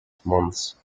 months